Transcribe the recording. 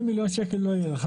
80 מיליון שקל לא יהיה לך.